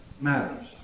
matters